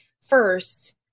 first